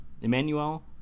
Emmanuel